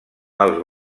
els